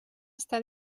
està